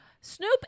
Snoop